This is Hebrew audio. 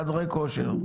חדרי כושר.